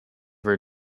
her